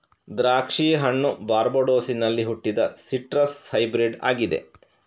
ದ್ರಾಕ್ಷಿ ಹಣ್ಣು ಬಾರ್ಬಡೋಸಿನಲ್ಲಿ ಹುಟ್ಟಿದ ಸಿಟ್ರಸ್ ಹೈಬ್ರಿಡ್ ಆಗಿದೆ